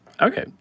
Okay